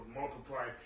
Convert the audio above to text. multiplied